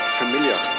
familiar